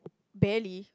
barely